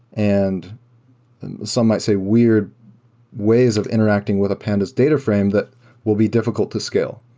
and some might say weird ways of interacting with a pandas data frames that will be difficult to scale.